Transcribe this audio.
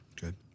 Good